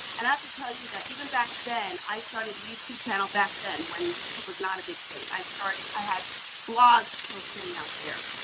and i have to tell you that, even back then, i started a youtube channel back then when youtube was not a big thing, i started, i have blogs still sitting out there.